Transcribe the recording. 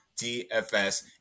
DFS